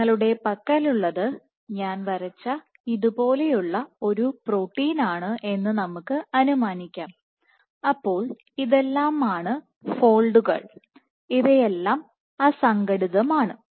നിങ്ങളുടെ പക്കലുള്ളത് ഞാൻ വരച്ച ഇതു പോലെയുള്ള ഒരു പ്രോട്ടീനാണ് എന്ന് നമുക്ക് അനുമാനിക്കാം അപ്പോൾ ഇതെല്ലാമാണ് ആണ് ഫോൾഡുകൾ ഇവയെല്ലാം അസംഘടിതം ആണ്